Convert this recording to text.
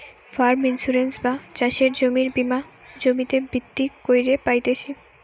farm insurance বা চাষের জমির বীমা জমিতে ভিত্তি কইরে পাইতেছি